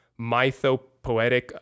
mythopoetic